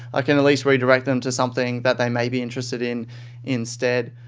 i can at least redirect them to something that they may be interested in instead.